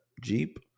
Jeep